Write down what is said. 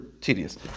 tedious